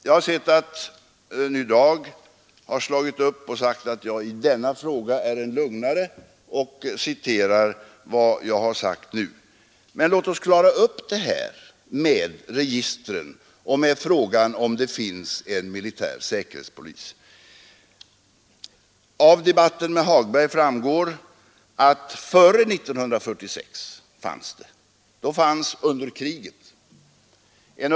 Jag har sett att Ny Dag har slagit upp det här och sagt att jag i denna fråga är en lögnare, och Ny Dag har citerat vad jag nu har återgivit. Men låt oss klara upp detta med registren och frågan om huruvida det finns en militär säkerhetspolis. Av debatten med herr Hagberg framgår att före 1946 fanns det en sådan säkerhetspolis.